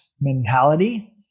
mentality